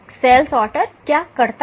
cell sorter क्या करता है